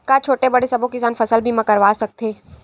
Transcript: का छोटे बड़े सबो किसान फसल बीमा करवा सकथे?